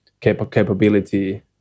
capability